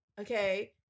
Okay